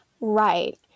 Right